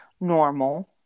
Normal